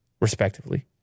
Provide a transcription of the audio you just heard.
respectively